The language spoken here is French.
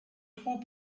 trois